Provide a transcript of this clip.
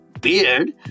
beard